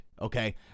okay